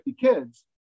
kids